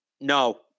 No